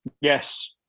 Yes